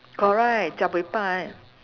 correct jiak buay pa eh